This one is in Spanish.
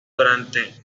durante